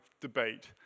debate